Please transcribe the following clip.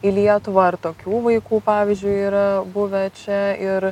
į lietuvą ar tokių vaikų pavyzdžiui yra buvę čia ir